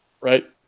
Right